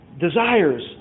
Desires